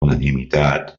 unanimitat